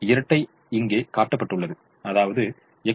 இரட்டை இங்கே காட்டப்பட்டுள்ளது அதாவது X1 3